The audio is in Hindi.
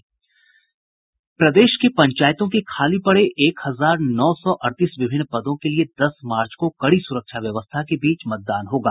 प्रदेश के विभिन पंचायतों के खाली पड़े एक हजार नौ सौ अड़तीस विभिन्न पदों के लिए दस मार्च को कड़ी सुरक्षा व्यवस्था के बीच मतदान होगा